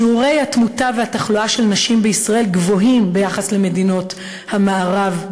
שיעורי התמותה והתחלואה של נשים בישראל גבוהים ביחס למדינות המערב,